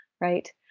right